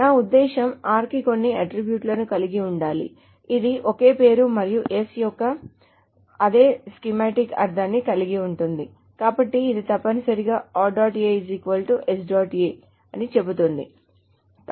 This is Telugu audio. నా ఉద్దేశ్యం r కి కొన్ని అట్ట్రిబ్యూట్ లను కలిగి ఉండాలి ఇది ఒకే పేరు మరియు s యొక్క అదే స్కీమాటిక్ అర్ధాన్ని కలిగి ఉంటుంది కాబట్టి ఇది తప్పనిసరిగా అని చెబుతోంది